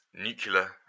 nuclear